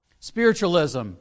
Spiritualism